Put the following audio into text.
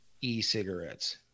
e-cigarettes